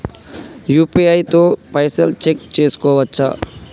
UPI తో పైసల్ check చేసుకోవచ్చా?